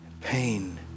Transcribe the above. pain